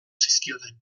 zizkioten